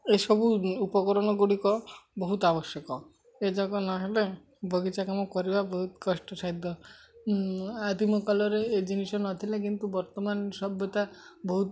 ଏସବୁ ଉପକରଣ ଗୁଡ଼ିକ ବହୁତ ଆବଶ୍ୟକ ଏଯାକ ନହେଲେ ବଗିଚା କାମ କରିବା ବହୁତ କଷ୍ଟ ସାଧ୍ୟ ଆଦିମକାଳରେ ଏ ଜିନିଷ ନଥିଲେ କିନ୍ତୁ ବର୍ତ୍ତମାନ ସଭ୍ୟତା ବହୁତ